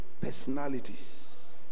personalities